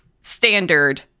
standard